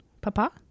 Papa